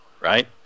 right